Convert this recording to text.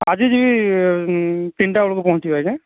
ଆଜି ଯିବି ତିନିଟାବେଳକୁ ପହଁଞ୍ଚିବି ଆଜ୍ଞା